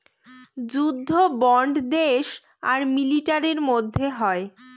যুদ্ধ বন্ড দেশ আর মিলিটারির মধ্যে হয়